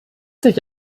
sich